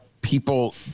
people